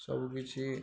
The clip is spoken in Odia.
ସବୁ କିିଛି